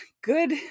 good